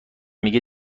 میگه